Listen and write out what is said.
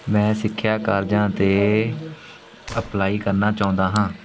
ਮੈਂ ਸਿੱਖਿਆ ਕਾਰਜਾਂ 'ਤੇ ਅਪਲਾਈ ਕਰਨਾ ਚਾਹੁੰਦਾ ਹਾਂ